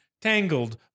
Tangled